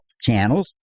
channels